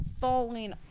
falling